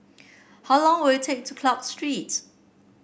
how long will it take to Clarke Street